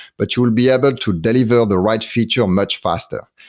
but you'll be able to deliver the right feature much faster.